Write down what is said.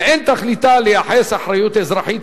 ואין תכליתה לייחס אחריות אזרחית,